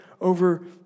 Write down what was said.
over